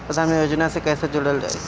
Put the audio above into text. प्रधानमंत्री योजना से कैसे जुड़ल जाइ?